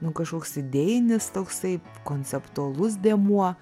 nu kažkoks idėjinis toksai konceptualus dėmuo